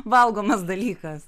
valgomas dalykas